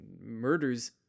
murders